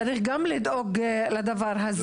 צריך גם לדאוג לדבר הזה.